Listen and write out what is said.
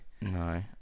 no